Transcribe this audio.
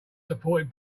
supported